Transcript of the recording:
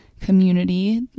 community